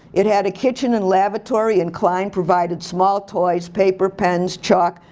it had a kitchen and lavatory and klein provided small toys, paper, pens, chalk,